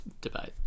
debate